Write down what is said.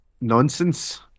nonsense